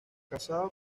casado